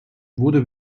wurde